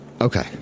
Okay